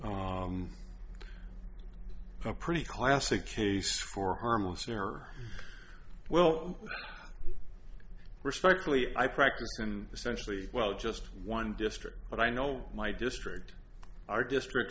a pretty classic case for harmless error well respectfully i practice and essentially well just one district but i know my district our district